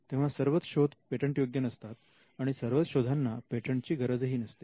तेव्हा सर्वच शोध पेटंट योग्य नसतात आणि सर्वच शोधांना पेटंटची गरजही नसते